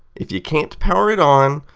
if you can't power it on,